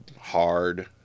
hard